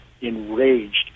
enraged